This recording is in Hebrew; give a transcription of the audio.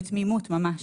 ביקשתי ממש